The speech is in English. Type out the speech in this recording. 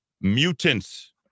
mutants